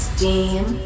Steam